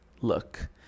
look